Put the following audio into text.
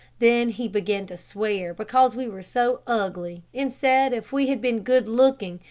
then he began to swear because we were so ugly, and said if we had been good-looking,